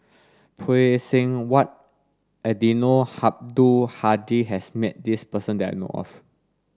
Phay Seng Whatt Eddino Habdul Hadi has met this person that I know of